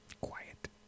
Quiet